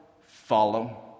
follow